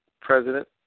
president